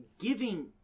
giving